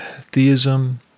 theism